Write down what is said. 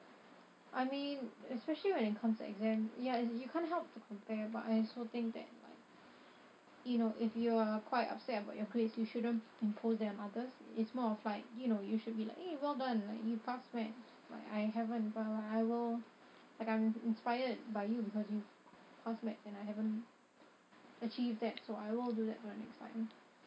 I mean especially when it comes to exams ya you can't help to compare but I also think that like you know if you are quite upset about your grades you shouldn't impose them on others it's more of like you know you should be like eh well done like you pass maths like I haven't but like I will like I'm inspired by you because you passed maths and I haven't achieved that so I will do that for the next time